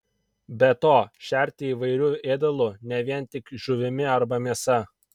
be to šerti įvairiu ėdalu ne vien tik žuvimi arba mėsa